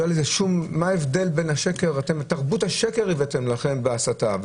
אתם הבאתם את תרבות השקר בהסתה,